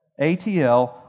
ATL